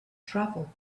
travel